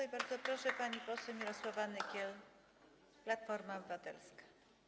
I bardzo proszę, pani poseł Mirosława Nykiel, Platforma Obywatelska.